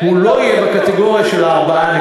הוא לא יהיה בקטגוריה של ה-4.6%.